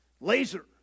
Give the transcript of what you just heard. Laser